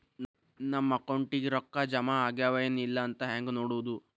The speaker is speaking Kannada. ನಮ್ಮ ಅಕೌಂಟಿಗೆ ರೊಕ್ಕ ಜಮಾ ಆಗ್ಯಾವ ಏನ್ ಇಲ್ಲ ಅಂತ ಹೆಂಗ್ ನೋಡೋದು?